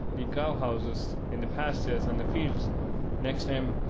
the cow-houses, and the pastures, and the fields next em,